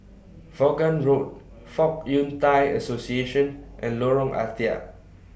Vaughan Road Fong Yun Thai Association and Lorong Ah Thia